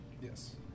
Yes